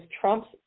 Trump's